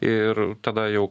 ir tada jau